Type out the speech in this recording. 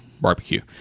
barbecue